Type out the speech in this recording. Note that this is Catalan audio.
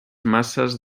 masses